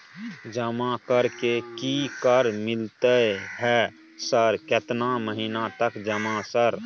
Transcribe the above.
जमा कर के की कर मिलते है सर केतना महीना तक जमा सर?